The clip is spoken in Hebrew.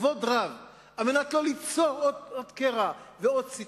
וכבוד רב, כדי שלא ליצור עוד קרע ועוד שטנה,